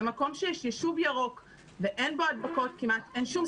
במקום שיש יישוב ירוק ואין בו הדבקות כמעט אין שום